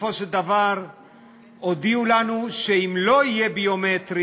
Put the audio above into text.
בסופו של דבר הודיעו לנו שאם לא יהיה ביומטרי,